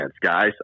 guys